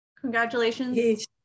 congratulations